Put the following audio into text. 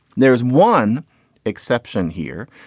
there is one exception here,